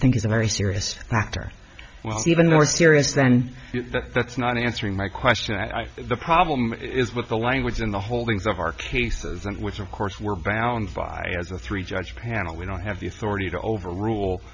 think is a very serious factor was even more serious then but that's not answering my question i think the problem is with the language and the holdings of our cases and which of course we're bound by as a three judge panel we don't have the authority to overrule